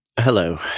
hello